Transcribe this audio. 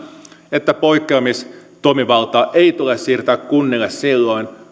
että poikkeamistoimivaltaa ei tule siirtää kunnille silloin